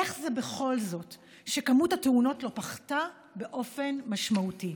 איך זה בכל זאת שכמות התאונות לא פחתה באופן משמעותי?